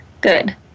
Good